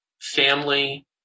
family